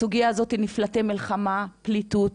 הסוגייה הזאת של נמלטי מלחמה ופליטות,